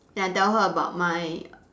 then I tell her about my